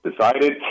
decided